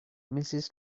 mrs